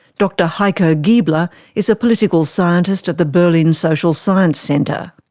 dr heiko giebler is a political scientist at the berlin social science centre.